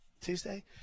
Tuesday